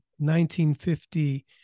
1950